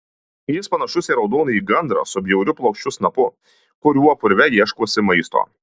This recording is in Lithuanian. jis panašus į raudonąjį gandrą su bjauriu plokščiu snapu kuriuo purve ieškosi maisto